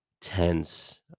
tense